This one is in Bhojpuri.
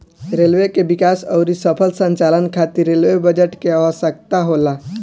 रेलवे के विकास अउरी सफल संचालन खातिर रेलवे बजट के आवसकता होला